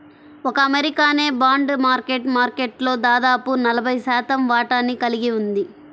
ఒక్క అమెరికానే bond market మార్కెట్లో దాదాపు నలభై శాతం వాటాని కలిగి ఉంది